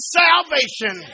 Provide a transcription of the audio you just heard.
salvation